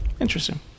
Interesting